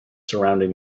surrounding